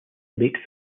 late